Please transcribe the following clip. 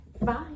Bye